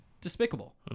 despicable